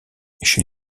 chez